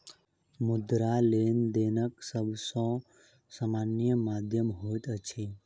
मुद्रा, लेनदेनक सब सॅ सामान्य माध्यम होइत अछि